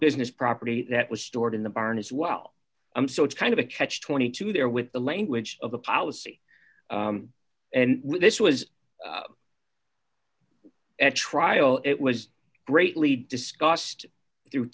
business property that was stored in the barn as well i'm so it's kind of a catch twenty two there with the language of the policy and this was at trial it was greatly discussed through